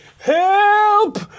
help